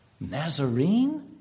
Nazarene